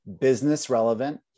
business-relevant